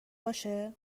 باشه